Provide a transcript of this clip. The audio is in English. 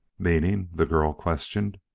meaning? the girl questioned.